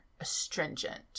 astringent